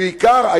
ובעיקר,